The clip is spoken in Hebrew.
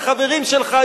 החברים שלך,